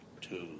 two